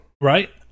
right